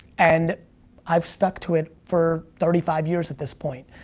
and i've stuck to it for thirty five years at this point.